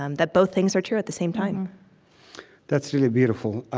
um that both things are true at the same time that's really beautiful.